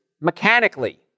mechanically